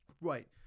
right